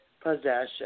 possession